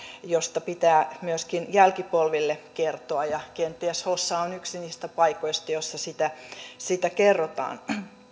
josta pitää myöskin jälkipolville kertoa ja kenties hossa on yksi niistä paikoista joissa sitä sitä kerrotaan